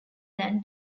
than